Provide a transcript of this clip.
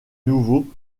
nouveau